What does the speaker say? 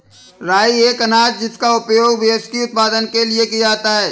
राई एक अनाज है जिसका उपयोग व्हिस्की उत्पादन के लिए किया जाता है